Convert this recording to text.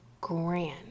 grand